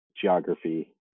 geography